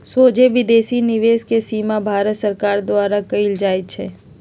सोझे विदेशी निवेश के सीमा भारत सरकार द्वारा कएल जाइ छइ